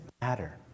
matter